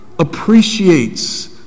appreciates